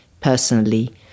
personally